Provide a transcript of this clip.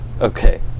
Okay